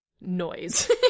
noise